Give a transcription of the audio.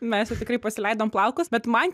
mes jau tikrai pasileidom plaukus bet man